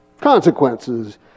consequences